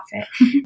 outfit